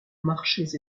marchés